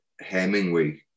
Hemingway